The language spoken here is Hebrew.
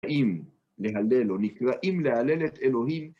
נקראים להלל או נקראים להלל את אלוהים.